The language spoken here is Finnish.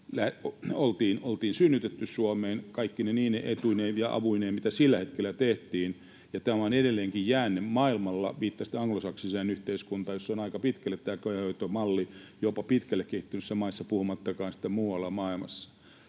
oltiin synnytetty Suomeen kaikkine niine etuineen ja avuineen, mitä sillä hetkellä tehtiin. Tämä on edelleenkin jäänne maailmalla — viittasitte anglosaksiseen yhteiskuntaan, jossa on aika pitkälle tämä köyhäinhoitomalli jopa pitkälle kehittyneissä maissa, puhumattakaan sitten muualla maailmassa.